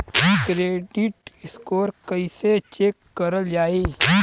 Credit score कइसे check करल जायी?